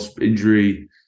injury